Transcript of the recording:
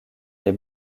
les